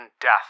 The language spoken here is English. death